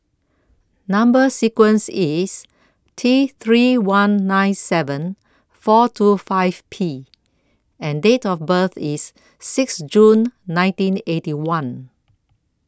Number sequence IS T three one nine seven four two five P and Date of birth IS six June nineteen Eighty One